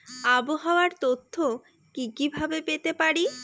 আবহাওয়ার তথ্য কি কি ভাবে পেতে পারি?